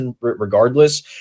regardless